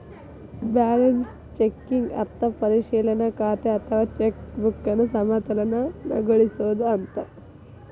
balance checking ಅರ್ಥ ಪರಿಶೇಲನಾ ಖಾತೆ ಅಥವಾ ಚೆಕ್ ಬುಕ್ನ ಸಮತೋಲನಗೊಳಿಸೋದು ಅಂತ